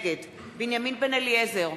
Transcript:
נגד בנימין בן-אליעזר,